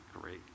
great